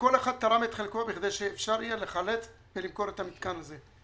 וכל אחד תרם את חלקו בכדי שאפשר יהיה לחלץ ולמכור את המתקן הזה.